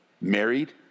Married